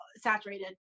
saturated